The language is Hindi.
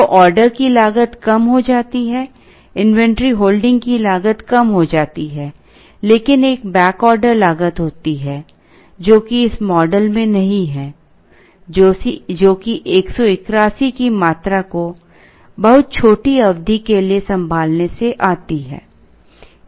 तो ऑर्डर की लागत कम हो जाती है इन्वेंट्री होल्डिंग की लागत कम हो जाती है लेकिन एक बैक ऑर्डर लागत होती है जो कि इस मॉडल में नहीं है जो कि 181 की मात्रा को बहुत छोटी अवधि के लिए संभालने से आती है